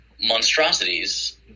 monstrosities